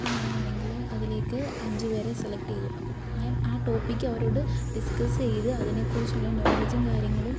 അപ്പം ഞാനാണെങ്കിൽ അതിലേയ്ക്ക് അഞ്ച് പേരെ സെലെക്റ്റ് ചെയ്തു അപ്പം ഞാൻ ആ ടോപിക്ക് അവരോട് ഡിസ്കസ് ചെയ്തു അതിനെ കുറിച്ചുള്ള നോളജും കാര്യങ്ങളും